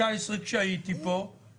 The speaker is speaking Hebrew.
כשהוא נכנס לפוליטיקה,